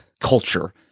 culture